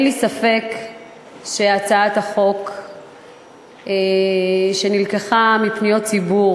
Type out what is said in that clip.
אין לי ספק שהצעת החוק נלקחה מפניות ציבור